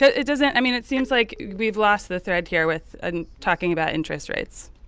it doesn't i mean, it seems like we've lost the thread here with and talking about interest rates.